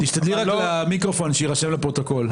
תשתדלי רק למיקרופון שיירשם לפרוטוקול.